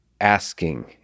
asking